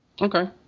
Okay